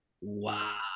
wow